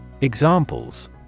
Examples